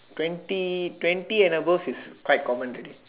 twenty twenty and above is quite common already